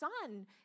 son